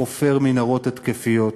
חופר מנהרות התקפיות,